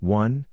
One